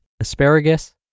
Asparagus